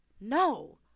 no